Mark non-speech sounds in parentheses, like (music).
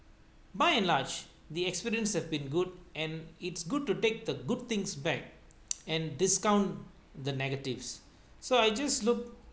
by enlarge the experience have been good and it's good to take the good things back (noise) and discount the negatives so I just look